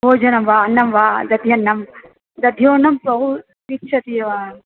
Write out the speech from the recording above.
भोजनं वा अन्नं वा दध्यन्नं दध्योदन्नं बहु इच्छति वा